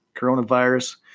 coronavirus